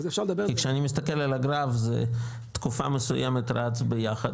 כי כשאני מסתכל על הגרף זה תקופה מסוימת רץ ביחד